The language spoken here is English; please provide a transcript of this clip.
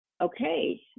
Okay